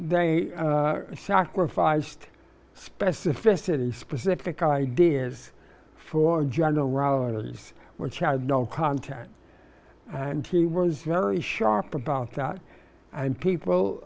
they sacrificed specificity specific ideas for generalities or child no content and he was very sharp about that and people